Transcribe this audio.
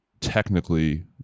technically